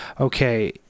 okay